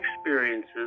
experiences